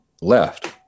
left